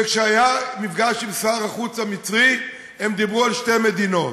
וכשהיה מפגש עם שר החוץ המצרי הם דיברו על שתי מדינות.